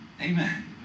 Amen